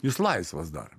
jis laisvas dar